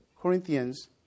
Corinthians